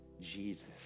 Jesus